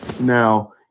Now